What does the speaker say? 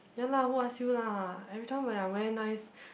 ya lah who ask you lah everytime when I wear nice